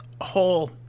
whole